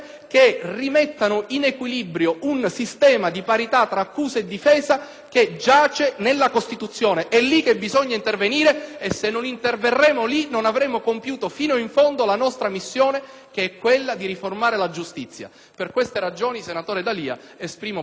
che giace nella Costituzione. È lì che bisogna intervenire e se non interverremo lì non avremo compiuto fino in fondo la nostra missione, che è quella di riformare la giustizia. Per queste ragioni, senatore D'Alia, esprimo parere favorevole anche sulla proposta di risoluzione